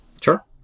Sure